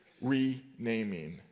renaming